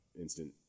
instant